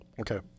okay